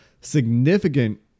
significant